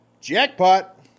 Jackpot